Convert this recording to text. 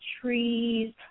trees